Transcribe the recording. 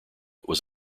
was